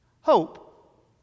Hope